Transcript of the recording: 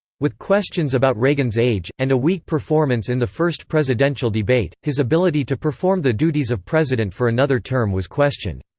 with questions about reagan's age, and a weak performance in the first presidential debate, his ability to perform the duties of president for another term was questioned.